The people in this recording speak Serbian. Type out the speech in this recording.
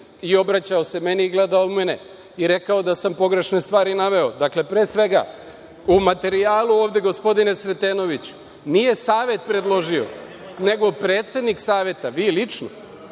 i obraćao se meni i gledao u mene i rekao da sam pogrešne stvari naveo. Dakle, pre svega u materijalu ovde, gospodine Sretenoviću, nije Savet predložio nego predsednik Saveta, vi lično.